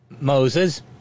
Moses